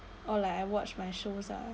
or like I watch my shows ah